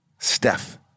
Steph